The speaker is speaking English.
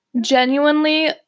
Genuinely